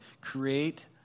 create